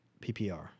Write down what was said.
PPR